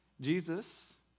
Jesus